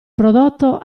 prodotto